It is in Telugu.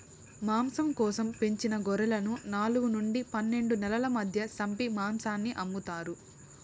మాంసం కోసం పెంచిన గొర్రెలను నాలుగు నుండి పన్నెండు నెలల మధ్య సంపి మాంసాన్ని అమ్ముతారు